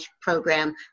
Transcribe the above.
program